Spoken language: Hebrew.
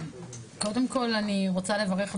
קודם כל אני רוצה לברך באמת,